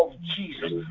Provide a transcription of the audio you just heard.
Jesus